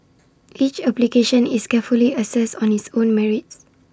each application is carefully assessed on its own merits